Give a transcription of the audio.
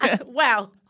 Wow